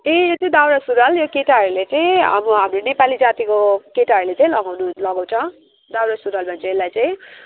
ए यो चाहिँ दौरा सुरुवाल यो केटाहरुले चाहिँ अब हाम्रो नेपाली जातिको केटाहरूले चाहिँ लगाउनु लगाउँछ दौरा सुरुवाल भन्छ यसलाई चाहिँ